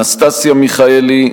אנסטסיה מיכאלי,